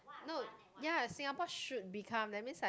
no ya Singapore should become that means like